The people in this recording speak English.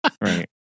Right